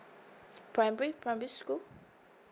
primary primary school